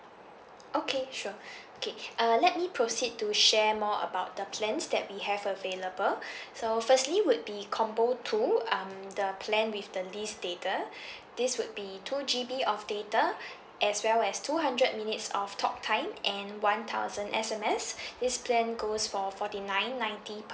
okay sure okay uh let me proceed to share more about the plans that we have available so firstly would be combo two um the plan with the least data this would be two G_B of data as well as two hundred minutes of talk time and one thousand S_M_S this plan goes for forty nine ninety